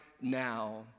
now